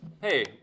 hey